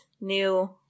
new